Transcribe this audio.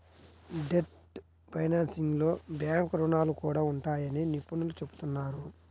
debt ఫైనాన్సింగ్లో బ్యాంకు రుణాలు కూడా ఉంటాయని నిపుణులు చెబుతున్నారు